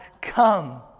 come